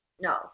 no